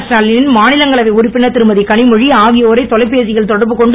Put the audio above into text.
ஸ்டாலின் மாநிலங்களவை உறுப்பினர் திருமதிகனிமொழி ஆகியோரை தொலைபேசியில் தொடர்பு கொண்டு